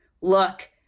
look